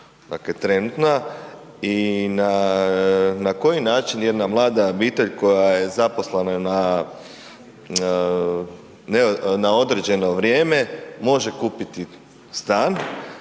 dakle trenutna. I na koji način jedna mlada obitelj koja je zaposlena na određeno vrijeme može kupiti stan?